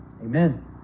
amen